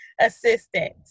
assistant